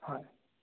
হয়